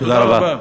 תודה רבה.